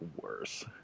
worse